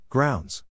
Grounds